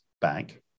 bank